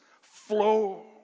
flow